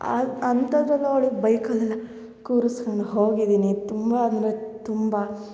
all ಅಂಥದ್ರಲ್ಲಿ ಅವ್ಳಿಗೆ ಬೈಕಲೆಲ್ಲ ಕೂರುಸ್ಕೊಂಡು ಹೋಗಿದ್ದೀನಿ ತುಂಬ ಅಂದರೆ ತುಂಬ